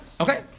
okay